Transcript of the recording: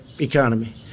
economy